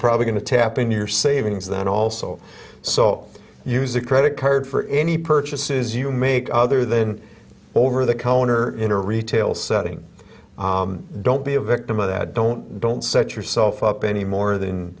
probably going to tap in your savings then also so use a credit card for any purchases you make other than over the counter in a retail setting don't be a victim of that don't don't set yourself up any more than